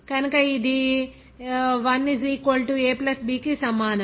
కనుక ఇది 1 a b కి సమానం